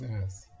yes